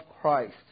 Christ